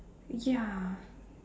ya